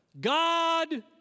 God